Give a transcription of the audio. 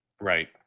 Right